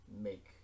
make